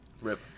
Rip